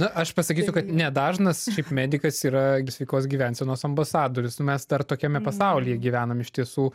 na aš pasakysiu kad nedažnas šiaip medikas yra sveikos gyvensenos ambasadorius mes dar tokiame pasaulyje gyvenam iš tiesų